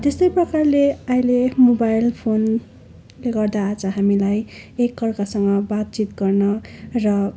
त्यस्तै प्रकारले अहिले मोबाइल फोनले गर्दा आज हामीलाई एक अर्कासँग बातचित गर्न र